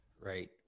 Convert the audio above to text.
Right